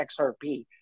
XRP